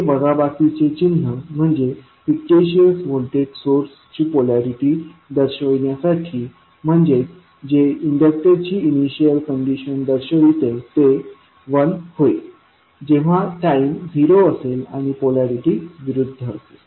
हे वजाबाकी चे चिन्ह म्हणजे फिक्टिशस व्होल्टेज सोर्स ची पोलॅरिटी दर्शविण्यासाठी म्हणजेच जे इंडक्टरची इनिशियल कंडिशन दर्शविते ते 1 होईल जेव्हा टाईम 0 असेल आणि पोलॅरिटी विरुद्ध असेल